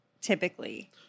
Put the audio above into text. typically